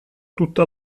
tutta